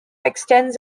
extends